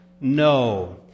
No